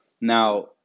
now